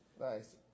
Nice